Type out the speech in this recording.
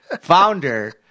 founder